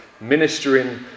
ministering